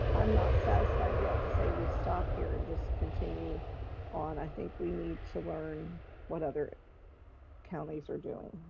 i'm not satisfied yet to say we stop here and just continue on, i think we need to learn what other counties are doing.